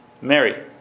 Mary